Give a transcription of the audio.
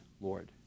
Lord